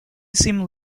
seemed